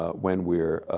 ah when we're,